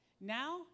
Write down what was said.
Now